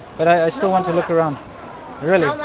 but i still want to look around really.